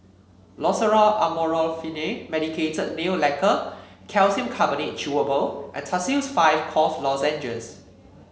Loceryl Amorolfine Medicated Nail Lacquer Calcium Carbonate Chewable and Tussils five Cough Lozenges